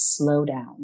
slowdown